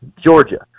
Georgia